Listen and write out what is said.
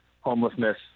homelessness